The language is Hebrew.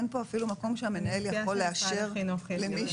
אין כאן אפילו מקום שהמנהל יכול לאשר למישהו.